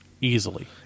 Easily